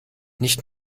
nicht